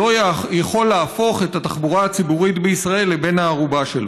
לא יכול להפוך את התחבורה הציבורית בישראל לבן הערובה שלו.